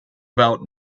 about